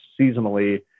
seasonally